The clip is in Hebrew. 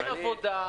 אין עבודה.